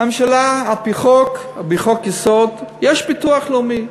הממשלה, על-פי חוק-יסוד, יש ביטוח לאומי.